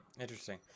interesting